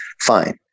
Fine